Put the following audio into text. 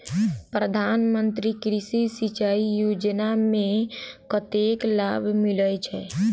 प्रधान मंत्री कृषि सिंचाई योजना मे कतेक लाभ मिलय छै?